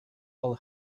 all